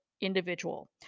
individual